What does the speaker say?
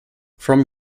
from